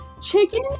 Chicken